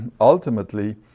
ultimately